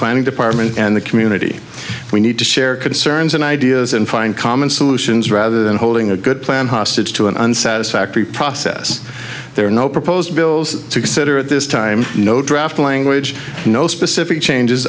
planning department and the community we need to share concerns and ideas and find common solutions rather than holding a good plan hostage to an un satisfactory process there are no proposed bills to consider at this time no draft language no specific changes